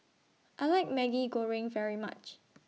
I like Maggi Goreng very much